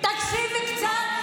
תקשיב לי קצת,